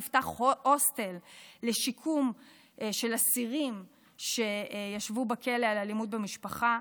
נפתח הוסטל לשיקום של אסירים שישבו בכלא על אלימות במשפחה.